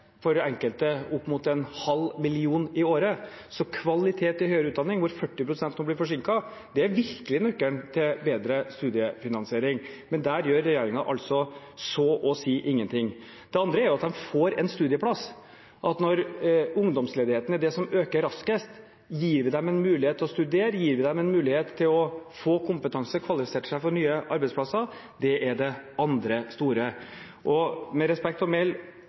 for enkelte opp mot en halv mill. kr i året. Kvalitet i høyere utdanning, hvor 40 pst. nå blir forsinket, er virkelig nøkkelen til bedre studiefinansiering, men der gjør regjeringen så å si ingenting. Det andre er at de får en studieplass, at når ungdomsledigheten er det som øker raskest, gir vi dem en mulighet til å studere, vi gir dem en mulighet til å få kompetanse og kvalifisere seg til nye arbeidsplasser. Det er det andre store. Med respekt